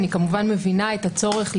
אני כמובן מבינה את הצורך להתמקד,